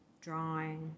drawing